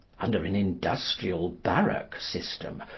under an industrial-barrack system,